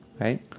Right